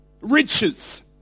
riches